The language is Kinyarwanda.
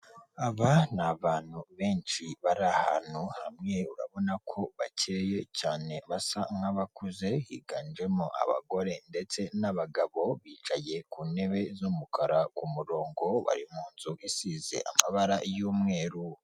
Aba ni abantu benshi bari ahantu hamwe urabona ko bakeye cyane basa nk'abakuze higanjemo abagore ndetse n'abagabo bicaye ku ntebe z'umukara ku murongo bari mu inzu isize amabara y'umweru.